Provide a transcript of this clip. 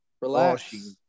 Relax